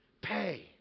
pay